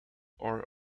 are